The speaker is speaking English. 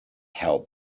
held